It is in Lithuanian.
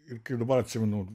ir kaip dabar atsimenu